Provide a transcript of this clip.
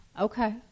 okay